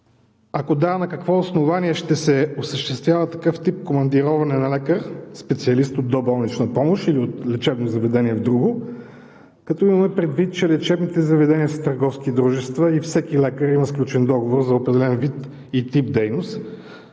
Ако да – на какво основание ще се осъществява такъв тип командироване на лекар – специалист от доболнична помощ или от едно лечебно заведение в друго, като имаме предвид, че лечебните заведения са търговски дружества и всеки лекар има сключен договор за определен вид и тип дейност,